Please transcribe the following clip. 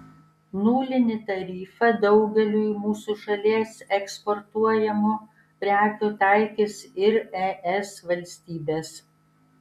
nulinį tarifą daugeliui mūsų šalies eksportuojamų prekių taikys ir es valstybės